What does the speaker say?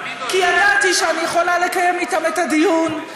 כי ידעתי שאני יכולה לקיים אתם את הדיון,